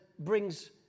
brings